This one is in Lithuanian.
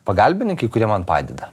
pagalbininkai kurie man padeda